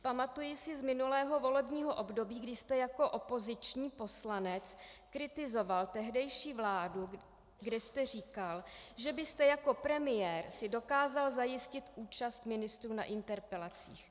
Pamatuji si z minulého volebního období, kdy jste jako opoziční poslanec kritizoval tehdejší vládu, kdy jste říkal, že byste jako premiér si dokázal zajistit účast ministrů na interpelacích.